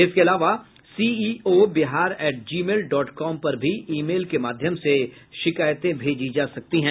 इसके अलावा CEO Bihar at gmail dot com पर भी ई मेल के माध्यम से शिकायतें भेजी जा सकती हैं